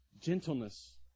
gentleness